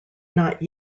not